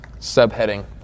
subheading